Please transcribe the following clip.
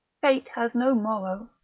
fate has no morrow.